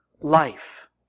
life